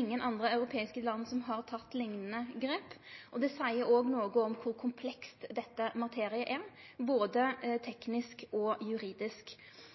ingen andre europeiske land har gjort liknande grep, og det seier òg noko om kor kompleks denne materien er, både teknisk og juridisk.